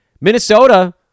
Minnesota